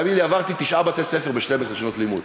תאמיני לי, עברתי תשעה בתי-ספר ב-12 שנות לימוד,